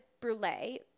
Brulee